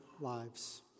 lives